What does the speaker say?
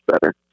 better